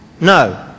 No